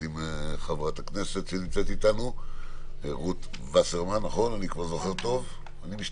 עם חברת הכנסת רות וסרמן לנדה שנמצאת איתנו.